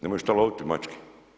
Nemaju šta loviti mačke.